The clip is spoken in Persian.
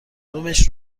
دمش